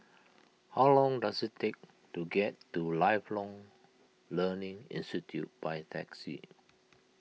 how long does it take to get to Lifelong Learning Institute by taxi